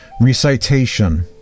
recitation